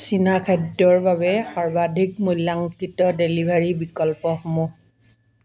চীনা খাদ্যৰ বাবে সৰ্বাধিক মূল্যাঙ্কিত ডেলিভাৰী বিকল্পসমূহ